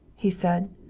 he said.